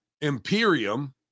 Imperium